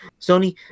Sony